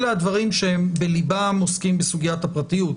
אלה הדברים שהם בליבם עוסקים בסוגיית הפרטיות.